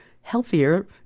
healthier